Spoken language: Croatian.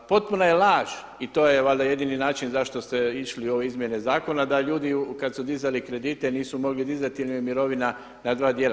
Potpuna je laž i to je valjda jedini način zašto ste išli u ove izmjene zakona da ljudi kad su dizali kredite nisu mogli dizati jer im je mirovina na dva djela.